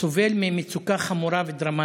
סובל ממצוקה חמורה ודרמטית.